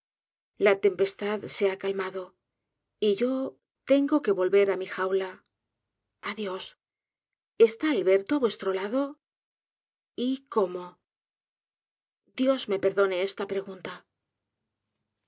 la tempestad se ha calmado y yo tengo que volver á mi jaula adiós está alberto á vuestro lado y cómo dios me perdone esta pregunta